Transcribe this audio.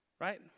right